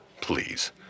Please